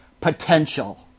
potential